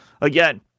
again